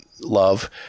love